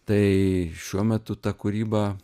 tai šiuo metu ta kūryba